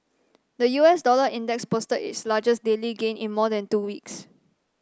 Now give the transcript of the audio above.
the U S dollar index posted its largest daily gain in more than two weeks